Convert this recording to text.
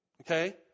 okay